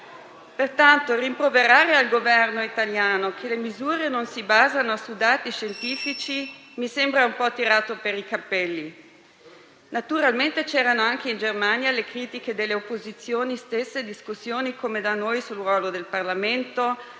Pertanto, rimproverare al Governo italiano che le misure non si basano su dati scientifici mi sembra un po' tirato per i capelli. Naturalmente c'erano anche in Germania le critiche delle opposizioni e le stesse discussioni come da noi sul ruolo del Parlamento,